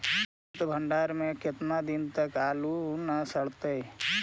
सित भंडार में के केतना दिन तक आलू न सड़तै?